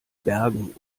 bergen